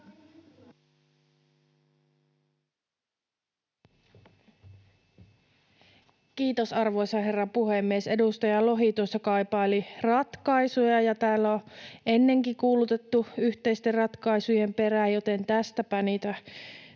Kiitos, arvoisa herra puhemies! Edustaja Lohi tuossa kaipaili ratkaisuja ja täällä on ennenkin kuulutettu yhteisten ratkaisujen perään, joten tästäpä niitä